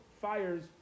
fires